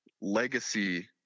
legacy